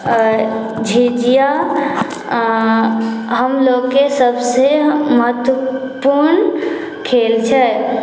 आओर झिझिया हमलोकके सबसँ जे महत्वपूर्ण खेल छै